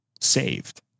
saved